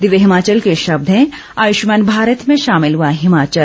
दिव्य हिमाचल के शब्द हैं आयुष्मान भारत में शामिल हुआ हिमाचल